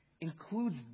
includes